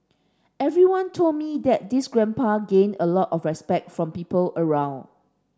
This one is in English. everyone told me that this grandpa gained a lot of respect from people around